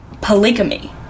polygamy